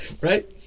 Right